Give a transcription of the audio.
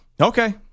Okay